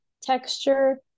texture